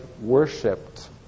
worshipped